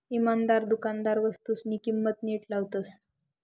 इमानदार दुकानदार वस्तूसनी किंमत नीट लावतस